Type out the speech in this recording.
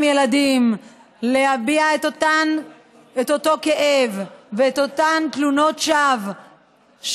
ילדים להביע את אותו כאב ואת אותן תלונות שווא,